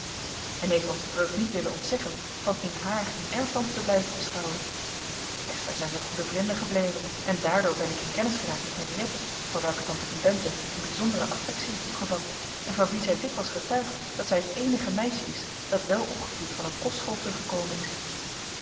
en heeft ons de vreugd niet willen ontzeggen van in haar een erftante te blijven beschouwen echter zijn zij goede vrinden gebleven en daardoor ben ik in kennis geraakt met henriëtte voor welke tante van bempden een bijzondere affectie heeft opgevat en van wie zij dikwijls getuigt dat zij het eenige meisje is dat welopgevoed van een kostschool teruggekomen is